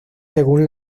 según